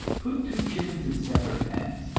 put two chickens in separate pens,